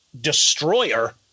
Destroyer